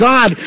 God